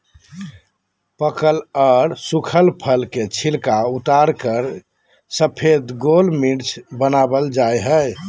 पकल आर सुखल फल के छिलका उतारकर सफेद गोल मिर्च वनावल जा हई